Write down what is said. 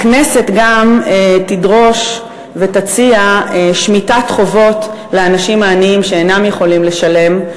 הכנסת גם תדרוש ותציע גם שמיטת חובות לאנשים העניים שאינם יכולים לשלם,